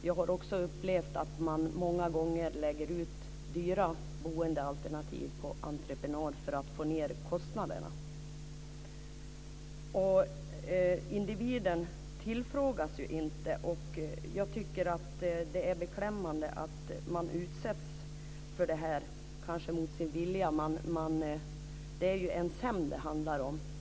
Jag har också upplevt att man många gånger lägger ut dyra boendealternativ på entreprenad för att få ned kostnaderna. Individen tillfrågas inte. Jag tycker att det är beklämmande att man kan utsättas för detta mot sin vilja. Det är ju ens hem det handlar om.